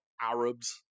Arabs